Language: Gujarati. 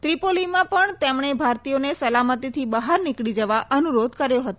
ત્રિપોલીમાં પણ તેમણે ભારતીયોને સલામતીથી બહાર નીકળી જવા અનુરોધ કર્યો હતો